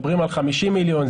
מדברים על 50 מיליון,